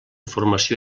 formació